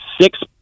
six